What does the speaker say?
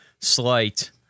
slight